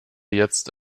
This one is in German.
jetzt